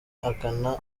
akana